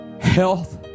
health